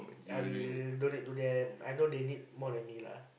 I will donate to them I know they need more than me lah